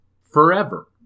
forever